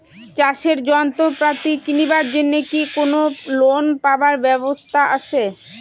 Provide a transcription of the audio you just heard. চাষের যন্ত্রপাতি কিনিবার জন্য কি কোনো লোন পাবার ব্যবস্থা আসে?